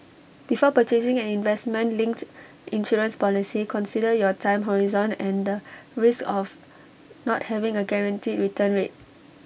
before purchasing an investment linked insurance policy consider your time horizon and the risk of not having A guaranteed return rate